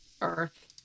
Earth